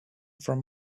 from